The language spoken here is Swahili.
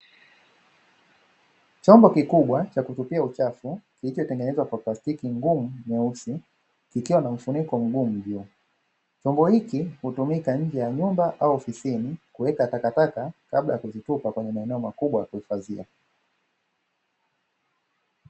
Chombo kikubwa cha kutupia uchafu ndicho kinatengenezwa kwa plastki ngumu nyeusi, kikiwa na mfuniko mgumu mpya, chombo hiki hutumika nje ya nyumba au ofisini kuweka takataka kabla ya kuzitupa kwenye maeneo makubwa.